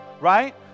right